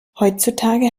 heutzutage